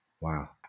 Wow